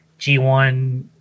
G1